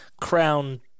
crown